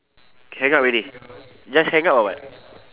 can hang up already just hang up or what